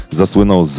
zasłynął